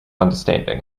understanding